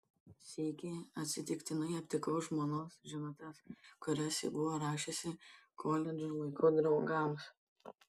sykį atsitiktinai aptikau žmonos žinutes kurias ji buvo rašiusi koledžo laikų draugams